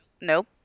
Nope